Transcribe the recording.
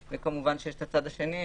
וכמובן שיש את הצד השני,